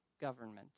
government